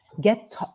Get